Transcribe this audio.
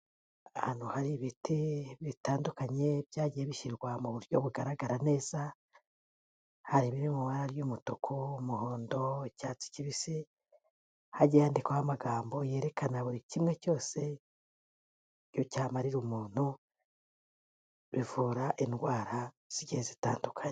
Ahantu hari ibiti bitandukanye byagiye bishyirwa mu buryo bugaragara neza, hari ibiri mu ibara ry'umutuku, umuhondo, icyatsi kibisi hagiye handikwaho amagambo yerekana buri kimwe cyose icyo cyamarira umuntu, bivura indwara zigiye zitandukanye.